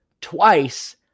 twice